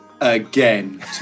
again